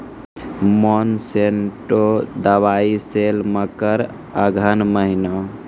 Monsanto दवाई sale मकर अघन महीना,